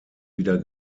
wieder